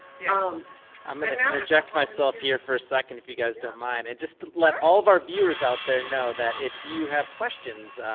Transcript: you know um and interject myself here for a second if you guys don't mind and just let all of our viewers out there, know that if you have questions,